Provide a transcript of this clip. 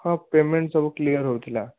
ହଁ ପେମେଣ୍ଟ ସବୁ କ୍ଲିୟର ହେଉଥିଲା